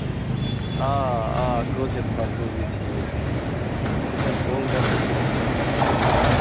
آ آ کٲشِر سُہ حظ روزِ ٹھیٖک سۄ چھےٚ نہٕ ہوٚل گژھان کِہیٖنٛۍ